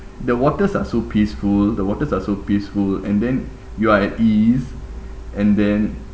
the waters are so peaceful the waters are so peaceful and then you are at ease and then